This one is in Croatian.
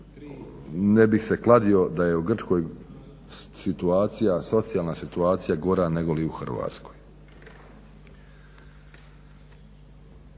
ne bih se kladio da je u Grčkoj situacija, socijalna situacija gora nego li u Hrvatskoj.